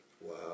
Wow